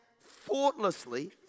thoughtlessly